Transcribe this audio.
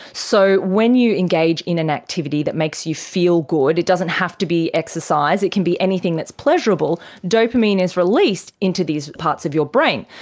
so when you engage in an activity that makes you feel good, it doesn't have to be exercise, can be anything that's pleasurable, dopamine is released into these parts of your brain.